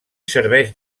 serveix